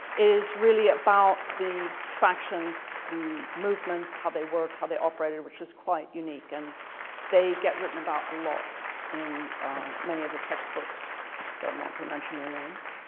is really about the factions, the movements, how they worked, how they operated, which is quite unique and they get written about a lot in many of the text books that i'm not ah gonna mention their names.